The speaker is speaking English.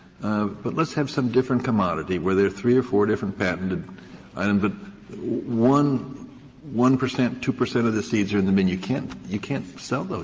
but let's have some different commodity where there are three or four different patented items but one one percent or two percent of the seeds are in the bin. you can't you can't sell